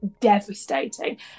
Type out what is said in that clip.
devastating